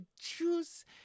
juice